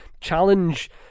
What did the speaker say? challenge